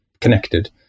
connected